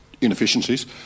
inefficiencies